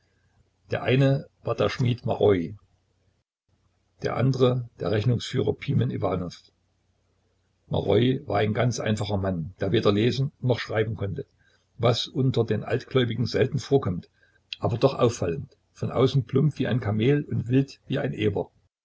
der eine war der schmied maroi der andere der rechnungsführer pimen iwanow maroi war ein ganz einfacher mann der weder lesen noch schreiben konnte was unter den altgläubigen selten vorkommt aber doch auffallend von außen plump wie ein kamel und wild wie ein eber